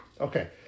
Okay